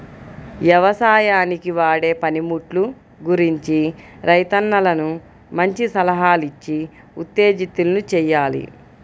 యవసాయానికి వాడే పనిముట్లు గురించి రైతన్నలను మంచి సలహాలిచ్చి ఉత్తేజితుల్ని చెయ్యాలి